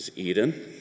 Eden